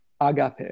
agape